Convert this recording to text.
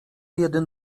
jeden